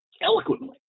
eloquently